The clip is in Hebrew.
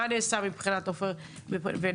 מה נעשה מבחינת עופר ונפחא,